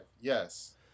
yes